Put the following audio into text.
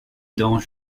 dans